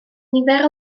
nifer